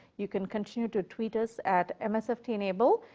you can continue to tweet us at msftenable.